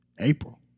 April